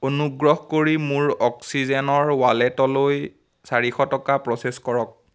অনুগ্ৰহ কৰি মোৰ অক্সিজেনৰ ৱালেটলৈ চাৰিশ টকা প্ৰ'চেছ কৰক